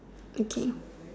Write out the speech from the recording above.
okay